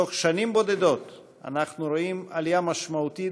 בתוך שנים בודדות אנחנו רואים עלייה משמעותית